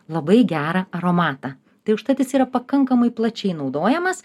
labai gerą aromatą tai užtat jis yra pakankamai plačiai naudojamas